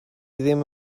ddim